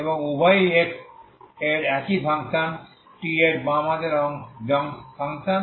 এবং উভয়ই x এর একই ফাংশন t এর বাম হাতের ফাংশন